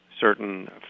certain